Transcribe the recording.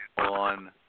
on